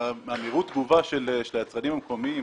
מהירות התגובה של היצרנים המקומיים